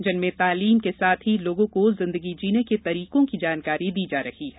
जिनमें तालीम के साथ ही लोगों को जिन्दगी जीने के तरीकों की जानकारी दी जा रही है